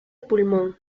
pulmón